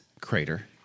Crater